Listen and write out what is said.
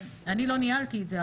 אני לא ניהלתי את זה,